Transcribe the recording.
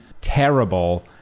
terrible